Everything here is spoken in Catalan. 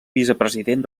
vicepresident